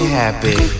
happy